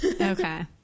okay